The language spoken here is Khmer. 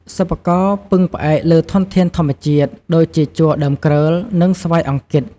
សិប្បករពឹងផ្អែកលើធនធានធម្មជាតិ ដូចជាជ័រ ដើមគ្រើល និង ស្វាយអង្គិត។